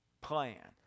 plan